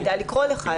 ידע לקרוא לך,